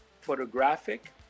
photographic